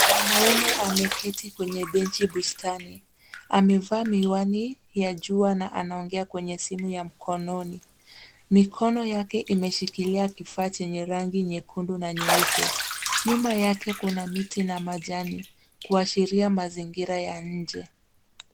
Mwanaume ameketi kwenye benchi bustani, amevaa miwani ya jua na anaongea kwenye simu ya mkononi. Mikono yake imeshikilia kifaa chenye rangi nyekundu na nyeupe. Nyuma yake kuna miti na majani kuashiria mazingira ya nje.